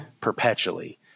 perpetually